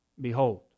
Behold